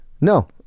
No